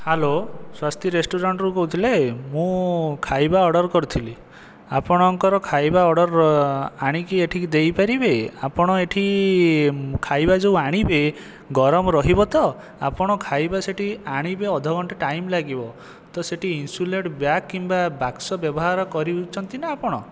hello Swosti ରେସ୍ତୋରାଁରୁ କହୁଥିଲେ ମୁଁ ଖାଇବା ଅର୍ଡ଼ର କରିଥିଲି ଆପଣଙ୍କର ଖାଇବା ଅର୍ଡ଼ର ଆଣିକି ଏଠିକି ଦେଇପାରିବେ ଆପଣ ଏଠି ଖାଇବା ଯେଉଁ ଆଣିବେ ଗରମ ରହିବ ତ ଆପଣ ଖାଇବା ସେଇଠି ଆଣିବେ ଅଧଘଣ୍ଟାଏ ଟାଇମ୍ ଲାଗିବ ତ ସେଇଠି ଇନ୍ସୁଲେଟ ବ୍ୟାଗ୍ କିମ୍ବା ବାକ୍ସ ବ୍ୟବହାର କରୁଛନ୍ତି ନା ଆପଣ